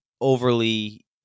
overly